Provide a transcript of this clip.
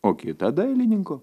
o kitą dailininko